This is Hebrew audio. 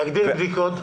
תגדיר בדיקות.